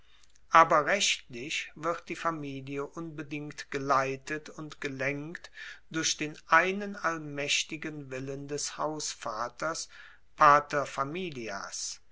aber rechtlich wird die familie unbedingt geleitet und gelenkt durch den einen allmaechtigen willen des hausvaters pater